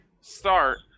start